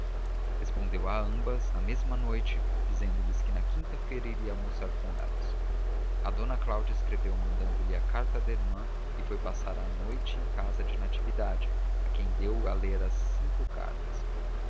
respondeu a ambas na mesma noite dizendo-lhes que na quinta-feira iria almoçar com elas a d cláudia escreveu mandando-lhe a carta da irmã e foi passar a noite em casa de natividade a quem deu a ler as cinco cartas